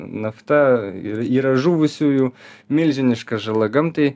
nafta ir yra žuvusiųjų milžiniška žala gamtai